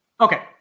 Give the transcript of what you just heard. Okay